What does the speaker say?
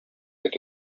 had